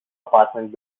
apartment